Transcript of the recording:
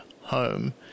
home